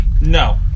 no